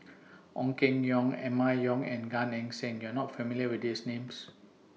Ong Keng Yong Emma Yong and Gan Eng Seng YOU Are not familiar with These Names